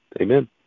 Amen